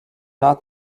not